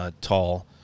tall